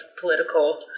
political